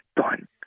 done